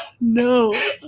No